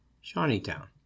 Shawneetown